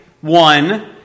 one